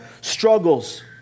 struggles